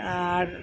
আর